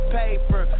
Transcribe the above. paper